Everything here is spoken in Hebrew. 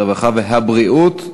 הרווחה והבריאות.